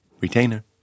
Retainer